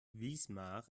wismar